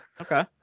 okay